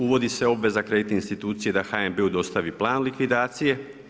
Uvodi se obveza kreditne institucije da HNB-u dostavi plan likvidacije.